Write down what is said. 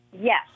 Yes